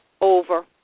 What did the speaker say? over